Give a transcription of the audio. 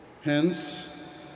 Hence